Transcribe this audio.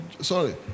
Sorry